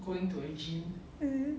mm